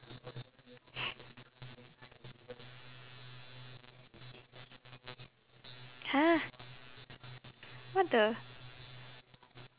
!huh! what the